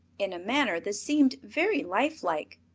in a manner that seemed very lifelike.